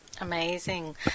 Amazing